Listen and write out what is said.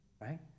Right